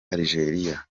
algeria